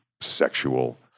sexual